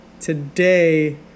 today